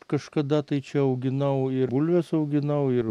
kažkada tai čia auginau ir bulves auginau ir